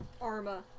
Arma